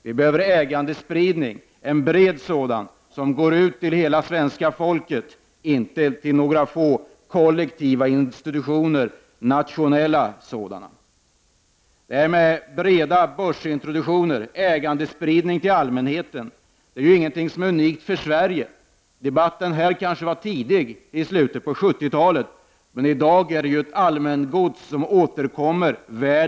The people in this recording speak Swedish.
Vi behöver en bred ägandespridning till hela svenska folket, inte en som begränsar sig till några få nationella kollektiva institutioner. Breda börsintroduktioner och ägandespridning till allmänheten är inte något som är unikt för Sverige. Debatten härom hos oss i slutet av 70-talet var kanske tidig, men i dag är den allmängods världen över.